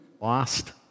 lost